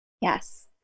Yes